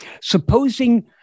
Supposing